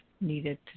needed